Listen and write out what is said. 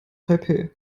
taipeh